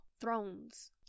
thrones